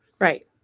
Right